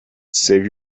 save